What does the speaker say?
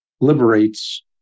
liberates